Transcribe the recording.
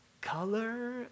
color